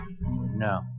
No